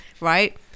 right